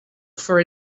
for